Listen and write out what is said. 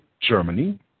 Germany